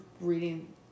reading